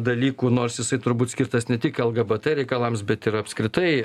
dalykų nors jisai turbūt skirtas ne tik lgbt reikalams bet ir apskritai